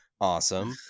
Awesome